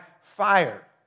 fire